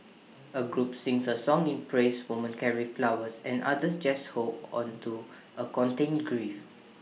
A group sings A song in praise women carry flowers and others just hold on to A contained grief